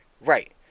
Right